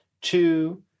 Two